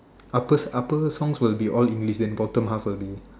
upper upper songs will be all English and bottom half will be